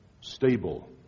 stable